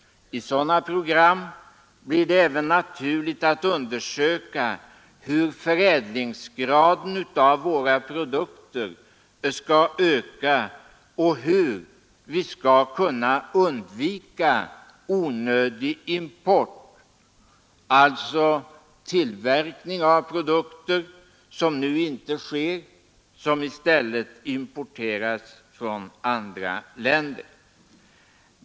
I sådana program blir det även naturligt att undersöka hur förädlingsgraden hos våra produkter skall öka och hur vi skall kunna undvika onödig import. Vi bör alltså sträva efter tillverkning av sådana produkter som nu inte tillverkas i vårt land utan i stället importeras från andra länder.